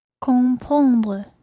Comprendre